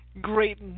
great